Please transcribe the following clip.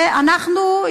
ואנחנו,